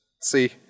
see